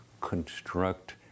construct